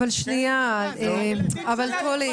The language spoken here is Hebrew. לא היינו מתכנסים לו לא הייתה שם התפרצות,